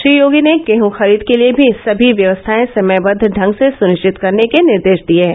श्री योगी ने गेहूं खरीद के लिए भी समी व्यवस्थाए समयबद्ध ढंग से सुनिश्चित करने के निर्देश दिए हैं